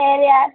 சரி